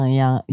yang